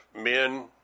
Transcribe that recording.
men